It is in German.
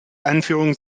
einführung